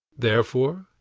therefore,